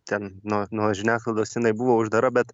ten nuo nuo žiniasklaidos jinai buvo uždara bet